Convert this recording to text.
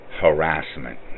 harassment